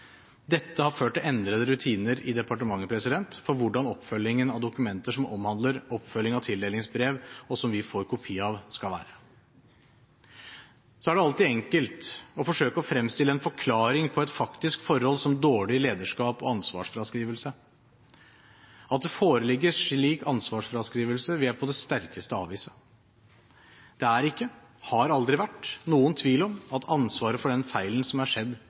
Dette har ført til endrede rutiner i departementet for hvordan oppfølgingen av dokumenter som omhandler oppfølging av tildelingsbrev, og som vi får kopi av, skal være. Så er det alltid enkelt å forsøke å fremstille en forklaring på et faktisk forhold som dårlig lederskap og ansvarsfraskrivelse. At det foreligger slik ansvarsfraskrivelse, vil jeg på det sterkeste avvise. Det er ikke, og har aldri vært, noen tvil om at ansvaret for den feilen som er skjedd,